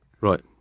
right